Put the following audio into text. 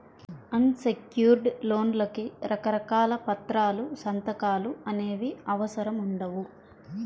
అన్ secured లోన్లకి రకరకాల పత్రాలు, సంతకాలు అనేవి అవసరం ఉండవు